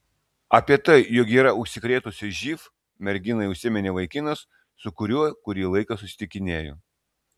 apie tai jog yra užsikrėtusi živ merginai užsiminė vaikinas su kuriuo kurį laiką susitikinėjo